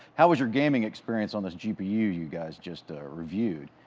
how was your gaming experience on this gpu you guys just reviewed?